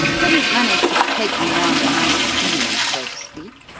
couldn't manage to take me round behind the scenes, so to speak,